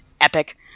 epic